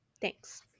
thanks